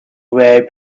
rare